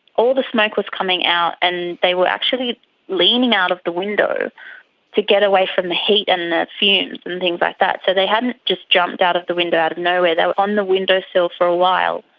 all the smoke was coming out, and they were actually leaning out of the window to get away from the heat and and the fumes and things like that. so they hadn't just jumped out of the window out of nowhere they were on the windowsill so for a while.